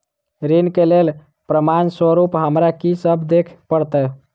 ऋण केँ लेल प्रमाण स्वरूप हमरा की सब देब पड़तय?